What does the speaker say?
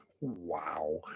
wow